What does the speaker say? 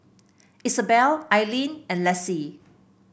Isabelle Ailene and Lassie